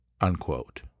unquote